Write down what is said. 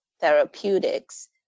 therapeutics